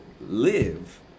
live